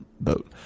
boat